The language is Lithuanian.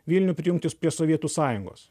vilnių prijungti prie sovietų sąjungos